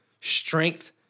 Strength